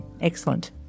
excellent